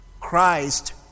Christ